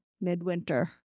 Midwinter